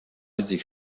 sich